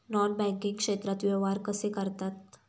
Non banking क्षेत्रात व्यवहार कसे करतात?